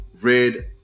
Red